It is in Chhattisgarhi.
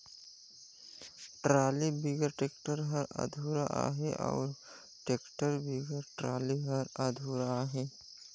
टराली बिगर टेक्टर हर अधुरा अहे अउ टेक्टर बिगर टराली हर अधुरा अहे